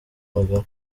magara